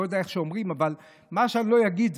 לא יודע איך אומרים אבל מה שאני אגיד,